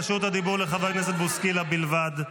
רשות הדיבור לחבר הכנסת בוסקילה בלבד.